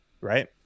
right